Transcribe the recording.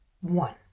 One